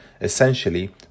Essentially